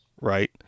Right